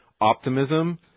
optimism